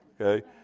okay